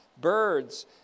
birds